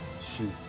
shoot